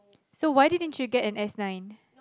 so why didn't you get an S-nine